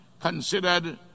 considered